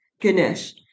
Ganesh